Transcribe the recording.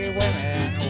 women